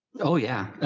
oh yeah,